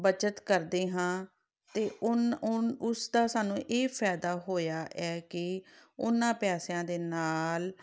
ਬੱਚਤ ਕਰਦੇ ਹਾਂ ਅਤੇ ਉਨ ਉਨ ਉਸ ਦਾ ਸਾਨੂੰ ਇਹ ਫਾਇਦਾ ਹੋਇਆ ਹੈ ਕਿ ਉਹਨਾਂ ਪੈਸਿਆਂ ਦੇ ਨਾਲ